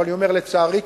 אבל לצערי,